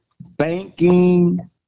banking